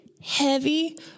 heavy